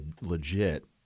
legit